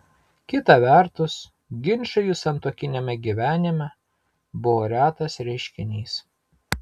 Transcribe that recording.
kita vertus ginčai jų santuokiniame gyvenime buvo retas reiškinys